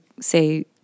say